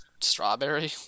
strawberry